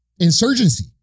insurgency